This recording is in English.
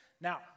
Now